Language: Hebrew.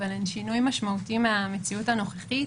אבל הן שינוי משמעותי מהמציאות הנוכחית.